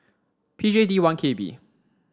P J D one K B